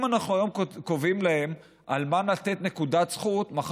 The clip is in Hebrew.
אם אנחנו היום קובעים להם על מה לתת להם נקודת זכות,